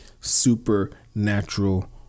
supernatural